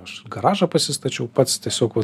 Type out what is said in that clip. aš garažą pasistačiau pats tiesiog